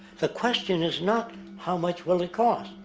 the question is not how much will it cost.